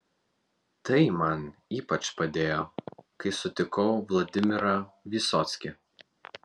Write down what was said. tai man ypač padėjo kai sutikau vladimirą vysockį